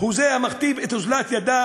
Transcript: הוא זה המכתיב את אוזלת ידן